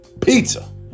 Pizza